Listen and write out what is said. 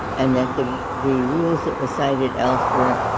and that the the rules that were cited elsewhere